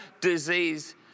disease